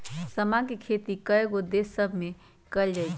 समा के खेती कयगो देश सभमें कएल जाइ छइ